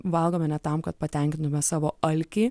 valgome ne tam kad patenkintume savo alkį